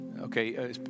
Okay